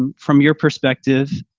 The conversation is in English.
um from your perspective,